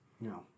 No